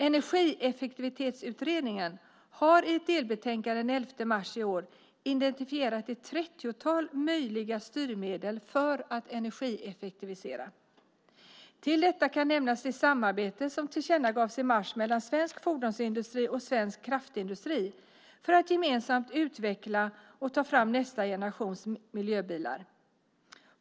Energieffektivitetsutredningen har i ett delbetänkande den 11 mars i år identifierat ett 30-tal möjliga styrmedel för att energieffektivisera. Till detta kan nämnas det samarbete som tillkännagavs i mars mellan svensk fordonsindustri och svensk kraftindustri för att gemensamt utveckla och ta fram nästa generations miljöbilar.